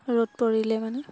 ৰ'দ পৰিলে মানে